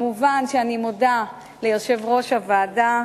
מובן שאני מודה ליושב-ראש הוועדה,